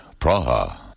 Praha